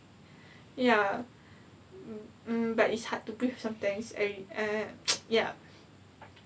ya mm but it's hard to breathe sometimes and ah ya